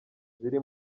ziri